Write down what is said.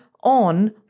on